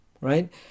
right